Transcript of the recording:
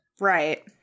Right